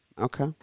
Okay